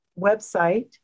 website